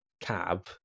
cab